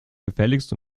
gefälligst